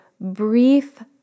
brief